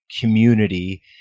community